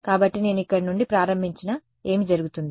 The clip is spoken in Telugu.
కాబట్టి నేను ఇక్కడ నుండి ప్రారంభించినా ఏమి జరుగుతుంది